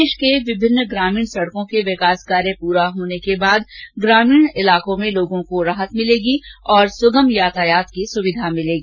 प्रदेश की विमिन्न ग्रामीण सड़कों के विकास कार्यों के पूरा हो जाने बाद ग्रामीण क्षेत्रों के लोगों को राहत मिलेगी तथा सुगम यातायात की सुविधा मिलेगी